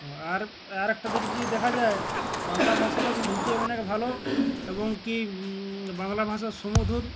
আর আর একটা দিক যদি দেখা যায় বাংলা ভাষাটা শুনতে অনেক ভালো এবং কিী বাংলা ভাষা সুমধুর